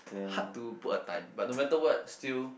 hard to put a time but no matter what still